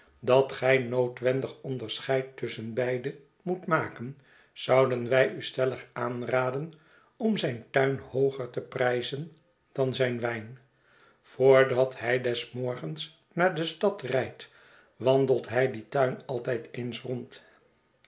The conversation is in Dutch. dat gij noodwendig onderscheid tusschen beide moet maken zouden wij u stellig aanraden om zijn tuin hooger te prijzen dan zijn wijn voordat hij des morgens naar de stad rijdt wandelt hij dien tuin altijd eens rond